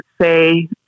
say